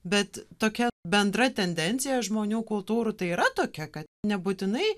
bet tokia bendra tendencija žmonių kultūrų tai yra tokia kad nebūtinai